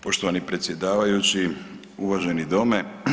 Poštovani predsjedavajući, uvaženi dome.